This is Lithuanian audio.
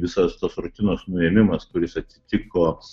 visos tos rutinos nuėmimas kuris atsitiko